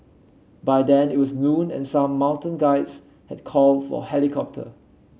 by then it was noon and some mountain guides had called for helicopter